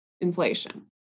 inflation